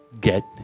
get